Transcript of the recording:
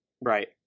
Right